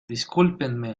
discúlpenme